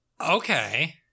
okay